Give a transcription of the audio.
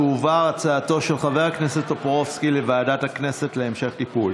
הצעתו של חבר הכנסת טופורובסקי תועבר לוועדת הכנסת להמשך טיפול.